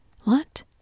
What